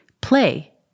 play